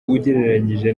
ugereranyije